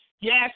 yes